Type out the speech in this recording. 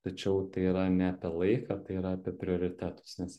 tačiau tai yra ne apie laiką tai yra apie prioritetus nes